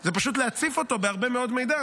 זה פשוט להציף אותו בהרבה מאוד מידע,